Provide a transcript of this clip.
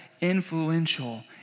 influential